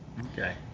Okay